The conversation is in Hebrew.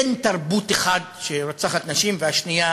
אין תרבות אחת שרוצחת נשים ושנייה